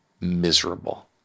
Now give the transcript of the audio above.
miserable